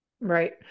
Right